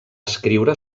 escriure